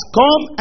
come